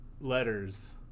letters